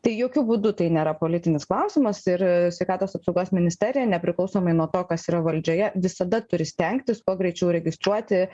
tai jokiu būdu tai nėra politinis klausimas ir sveikatos apsaugos ministerija nepriklausomai nuo to kas yra valdžioje visada turi stengtis kuo greičiau registruoti